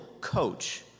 coach